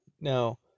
Now